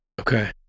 Okay